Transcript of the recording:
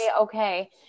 Okay